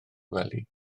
wely